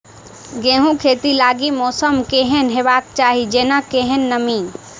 गेंहूँ खेती लागि मौसम केहन हेबाक चाहि जेना केहन नमी?